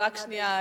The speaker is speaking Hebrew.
רק שנייה,